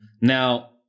Now